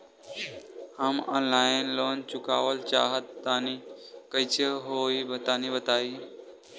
हम online loan चुकावल चाहऽ तनि कइसे होई तनि बताई?